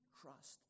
trust